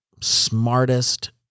smartest